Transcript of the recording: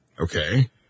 okay